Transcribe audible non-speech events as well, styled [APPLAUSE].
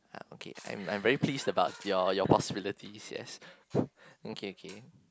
okay I'm I'm very pleased about your your possibilities yes [BREATH] mm kay kay